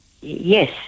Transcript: Yes